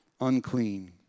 Unclean